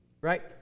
Right